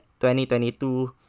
2022